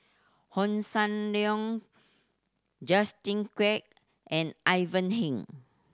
Hossan Leong Justin Quek and Ivan Heng